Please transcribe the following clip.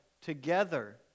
together